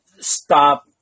stop